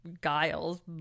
guiles